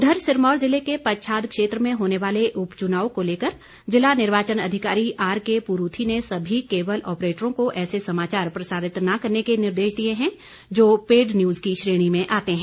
उधर सिरमौर जिले के पच्छाद क्षेत्र में होने वाले उपचुनाव को लेकर जिला निर्वाचन अधिकारी आरके परूथी ने सभी केबल ऑप्रेटरों को ऐसे समाचार प्रसारित न करने के निर्देश दिए हैं जो पेड न्यूज की श्रेणी में आते है